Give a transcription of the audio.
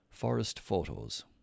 forestphotos